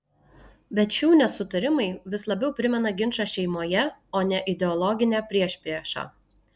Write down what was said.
bet šių nesutarimai vis labiau primena ginčą šeimoje o ne ideologinę priešpriešą